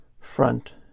front